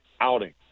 outing